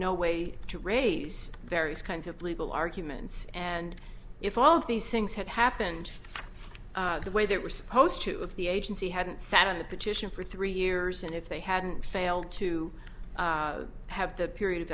no way to raise various kinds of legal arguments and if all of these things had happened the way they were supposed to if the agency hadn't sat on a petition for three years and if they hadn't failed to have the period of